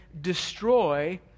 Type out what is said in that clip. destroy